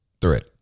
threat